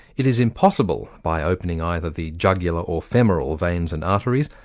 it is impossible, by opening either the jugular or femoral veins and arteries,